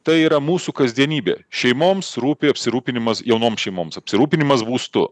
tai yra mūsų kasdienybė šeimoms rūpi apsirūpinimas jaunoms šeimoms apsirūpinimas būstu